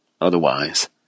otherwise